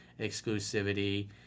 exclusivity